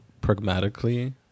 pragmatically